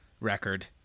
record